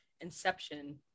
inception